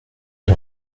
une